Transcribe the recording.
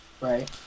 Right